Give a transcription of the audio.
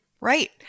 Right